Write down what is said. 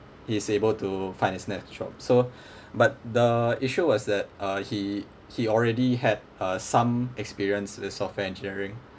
he's able to find his next job so but the issue was that uh he he already had uh some experience with software engineering